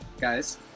guys